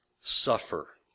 suffer